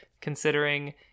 considering